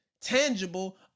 tangible